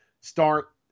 Start